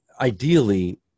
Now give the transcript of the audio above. ideally